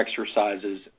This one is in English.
exercises